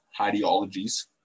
ideologies